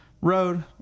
road